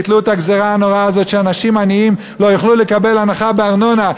ביטלו את הגזירה הנוראה הזו שאנשים עניים לא יוכלו לקבל הנחה בארנונה.